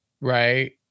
right